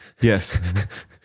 Yes